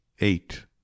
Eight